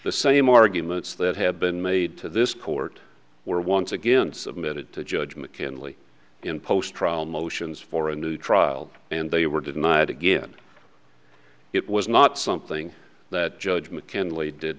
the same arguments that had been made to this court were once again submitted to judge mckinley in post trial motions for a new trial and they were denied again it was not something that judge mckinley did